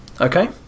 Okay